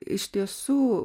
iš tiesų